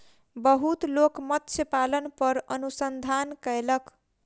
बहुत लोक मत्स्य पालन पर अनुसंधान कयलक